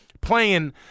playing